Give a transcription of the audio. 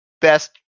best